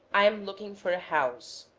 am looking for a house.